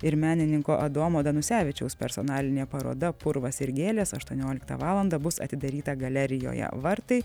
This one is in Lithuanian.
ir menininko adomo danusevičiaus personalinė paroda purvas ir gėlės aštuonioliktą valandą bus atidaryta galerijoje vartai